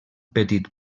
petit